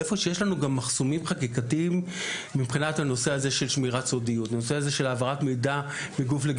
ואיפה שיש לנו חסמים חוקתיים כמו בנושאים של העברת מידע מגוף לגוף,